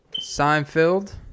Seinfeld